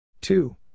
Two